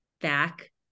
back